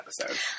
episode